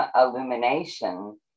illumination